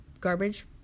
Garbage